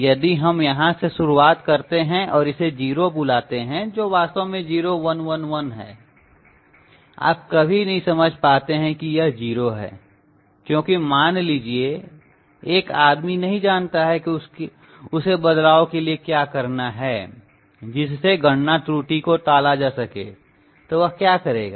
यदि हम यहां से शुरुआत करते हैं और इसे 0 बुलाते हैं जो वास्तव में 0111 है आप कभी नहीं समझ पाते हैं की यह 0 है क्योंकि मान लीजिए एक आदमी नहीं जानता है कि उसे बदलाव के लिए क्या करना है जिससे गणना त्रुटि को टाला जा सके तो वह क्या करेगा